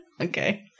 Okay